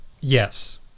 yes